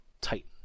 Titan